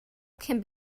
can